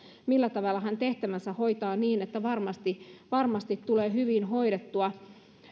millä tavalla hän tehtävänsä hoitaa niin että varmasti varmasti tulee hyvin hoidettua